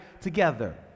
together